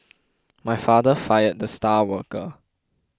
my father fired the star worker